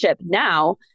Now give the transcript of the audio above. now